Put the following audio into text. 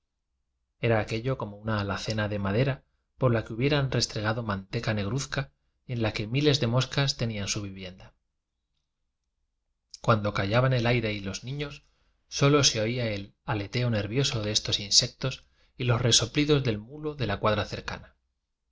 era aquello como una alacena de madera por la que hubieran restregado manjgcajnegr uxga y en la que miles de moscas tenían su vivienda cuando callaban el aire y los niños sólo se oía el aleteo nervioso de estos insectos y los resoplidos del mulo en la cuadra cerc